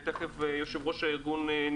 תכף יושב ראש הארגון,